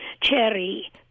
cherry